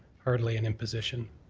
hardly an imposition.